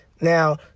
Now